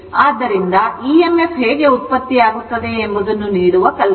ಆದ್ದರಿಂದ emf ಹೇಗೆ ಉತ್ಪತ್ತಿಯಾಗುತ್ತದೆ ಎಂಬುದನ್ನು ನೀಡುವ ಕಲ್ಪನೆ ಇದು